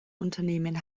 unternehmen